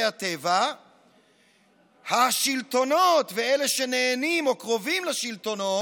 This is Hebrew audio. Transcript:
הטבע השלטונות ואלה שנהנים או קרובים לשלטונות,